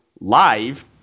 live